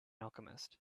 alchemist